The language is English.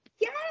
yes